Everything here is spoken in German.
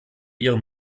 ihren